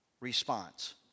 response